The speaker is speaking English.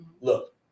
look